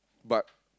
but